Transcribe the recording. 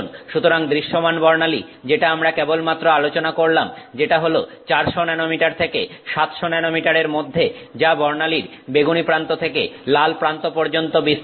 সুতরাং দৃশ্যমান বর্ণালী যেটা আমরা কেবলমাত্র আলোচনা করলাম যেটা হলো 400 ন্যানোমিটার থেকে 700 ন্যানোমিটারের মধ্যে যা বর্ণালীর বেগুনি প্রান্ত থেকে লাল প্রান্ত পর্যন্ত বিস্তৃত